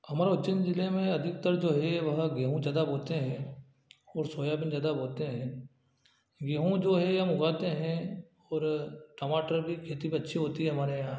हमारा उज्जैन ज़िले में अधिकतर जो है वह गेहूँ ज़्यादा बोते हैं और सोयाबीन ज़्यादा बोते हैं गेहूँ जो है हम उगाते हैं और टमाटर भी खेती भी अच्छी होती है हमारे यहाँ